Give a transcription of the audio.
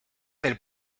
del